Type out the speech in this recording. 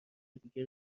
دیگه